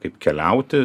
kaip keliauti